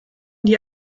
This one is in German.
die